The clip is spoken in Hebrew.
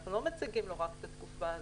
אנחנו לא מציגים להם רק את התקופה הזאת,